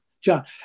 John